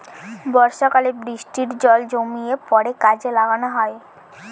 বর্ষাকালে বৃষ্টির জল জমিয়ে পরে কাজে লাগানো হয়